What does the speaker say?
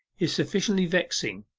is sufficiently vexing,